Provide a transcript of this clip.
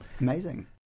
amazing